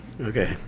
okay